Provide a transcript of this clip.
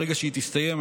ברגע שהיא תסתיים,